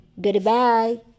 Goodbye